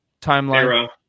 timeline